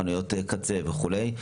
חנויות קצה וכולי,